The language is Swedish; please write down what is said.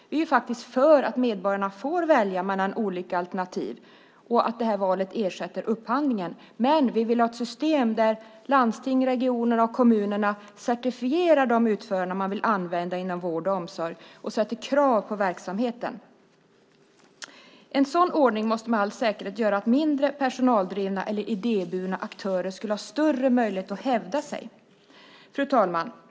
Vi är faktiskt för att medborgarna får välja mellan olika alternativ och att det valet ersätter upphandlingen. Men vi vill ha ett system där landstingen, regionerna och kommunerna certifierar de utförare som man vill använda inom vård och omsorg och ställer krav på verksamheten. En sådan ordning skulle med all säkerhet göra att mindre personaldrivna eller idéburna aktörer hade större möjligheter att hävda sig. Fru talman!